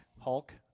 Hulk